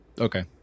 Okay